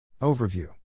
Overview